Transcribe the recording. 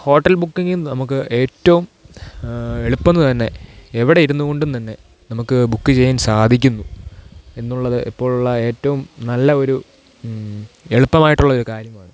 hotel ബുക്കിങ്ങും നമുക്ക് ഏറ്റവും എളുപ്പന്ന് തന്നെ എവിടെ ഇരുന്നുകൊണ്ടും തന്നെ നമുക്ക് ബുക്ക് ചെയ്യാൻ സാധിക്കുന്നു എന്നുള്ളത് ഇപ്പോഴുള്ള ഏറ്റവും നല്ല ഒരു എളുപ്പമായിട്ടുള്ളൊരു കാര്യമാണ്